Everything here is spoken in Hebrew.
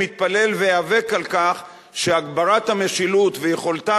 מתפלל ואיאבק על כך שהגברת המשילות ויכולתה